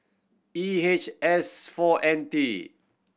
E H S four N T